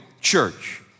church